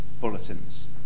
bulletins